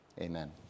Amen